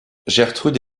gertrude